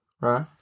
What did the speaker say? Right